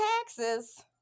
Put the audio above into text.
taxes